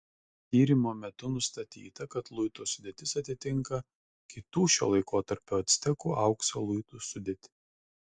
tyrimo metu nustatyta kad luito sudėtis atitinka kitų šio laikotarpio actekų aukso luitų sudėtį